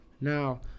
Now